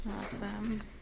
Awesome